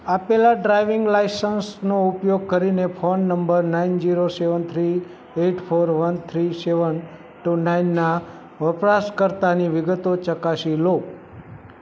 આપેલા ડ્રાઈવિંગ લાઇસન્સનો ઉપયોગ કરીને phone number nine zero seven three eight four one three seven two નાઈનના વપરાશકર્તાની વિગતો ચકાસી લો